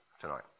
tonight